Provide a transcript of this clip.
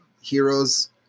heroes